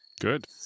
good